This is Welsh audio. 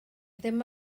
ddim